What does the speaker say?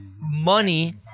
money